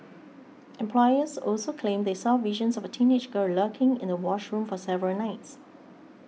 employees also claimed they saw visions of a teenage girl lurking in the washroom for several nights